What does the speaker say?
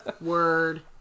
word